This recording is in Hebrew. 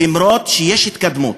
למרות שיש התקדמות,